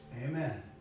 Amen